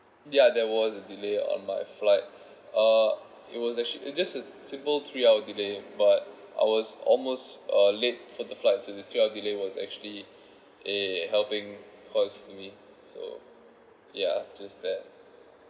ya there was a delay on my flight uh it was actually this is simple three hour delay but ours almost uh late for the flight so this three hour delay was actually a helping cause to me so ya just that